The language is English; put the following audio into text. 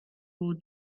who